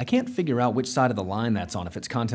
i can't figure out which side of the line that's on if it's content o